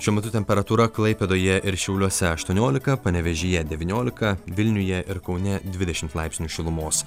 šiuo metu temperatūra klaipėdoje ir šiauliuose aštuoniolika panevėžyje devyniolika vilniuje ir kaune dvidešim laipsnių šilumos